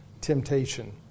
temptation